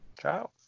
Ciao